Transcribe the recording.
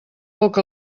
poc